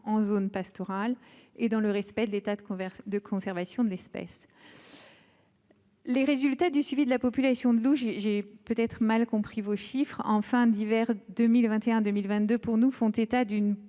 en zone pastorale et dans le respect de l'état de converser de conservation de l'espèce. Les résultats du suivi de la population de j'ai j'ai peut être mal compris vos chiffres, en fin d'hiver 2021 2022 pour nous font état d'une